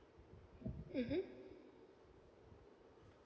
mmhmm